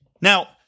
Now